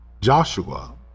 Joshua